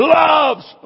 loves